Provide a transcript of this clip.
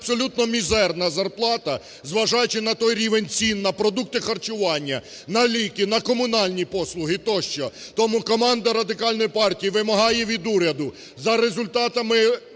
абсолютно мізерна зарплата, зважаючи на той рівень цін на продукти харчування, на ліки, на комунальні послуги тощо. Тому команда Радикальної партії вимагає від уряду за результатами